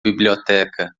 biblioteca